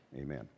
amen